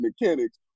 mechanics